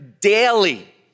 daily